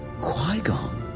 Qui-Gon